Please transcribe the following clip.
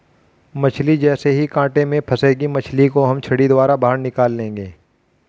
मछली जैसे ही कांटे में फंसेगी मछली को हम छड़ी द्वारा बाहर निकाल लेंगे